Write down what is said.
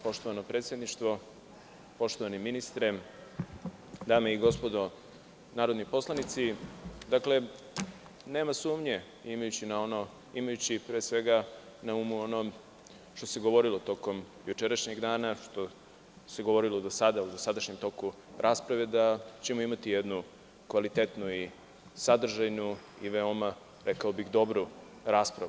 Poštovano predsedništvo, poštovani ministre, dame i gospodo narodni poslanici, nema sumnje imajući pre svega na umu ono što se govorilo tokom jučerašnjeg dana, što se govorilo do sada u dosadašnjem toku rasprave da ćemo imati jednu kvalitetnu i sadržajnu i veoma, rekao bih, dobru raspravu.